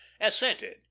assented